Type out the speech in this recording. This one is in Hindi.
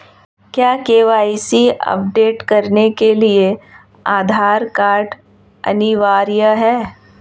क्या के.वाई.सी अपडेट करने के लिए आधार कार्ड अनिवार्य है?